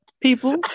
People